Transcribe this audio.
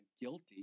guilty